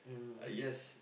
ah yes